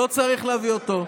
לא צריך להביא אותו.